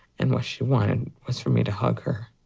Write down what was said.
and what she wanted was for me to hug her.